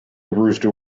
rooster